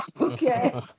Okay